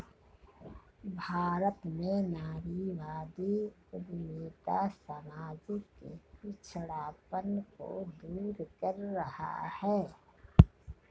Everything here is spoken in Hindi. भारत में नारीवादी उद्यमिता सामाजिक पिछड़ापन को दूर कर रहा है